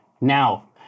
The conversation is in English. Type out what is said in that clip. now